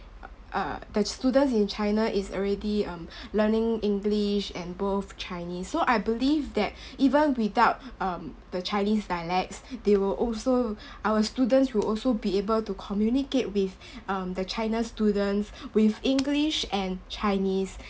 uh the students in china is already um learning english and both chinese so I believed that even without um the chinese dialects they will also our students will also be able to communicate with um the china students with english and chinese